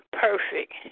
perfect